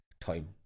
time